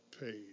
paid